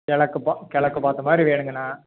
கிலக்கு பார்த் கிலக்கு பார்த்தமாரி வேணுங்கண்ணா